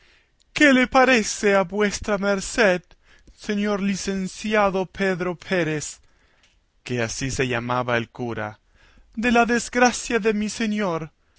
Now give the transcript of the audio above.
qué le parece a vuestra merced señor licenciado pero pérez que así se llamaba el cura de la desgracia de mi señor